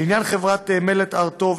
לעניין חברת מלט הר טוב,